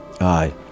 Aye